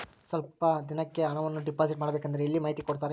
ನಾನು ಸ್ವಲ್ಪ ದಿನಕ್ಕೆ ಹಣವನ್ನು ಡಿಪಾಸಿಟ್ ಮಾಡಬೇಕಂದ್ರೆ ಎಲ್ಲಿ ಮಾಹಿತಿ ಕೊಡ್ತಾರೆ?